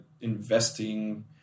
investing